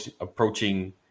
approaching